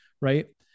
Right